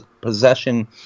possession